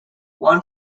one